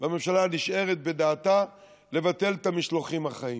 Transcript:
והממשלה נשארת בדעתה לבטל את המשלוחים החיים.